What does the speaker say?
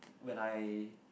when I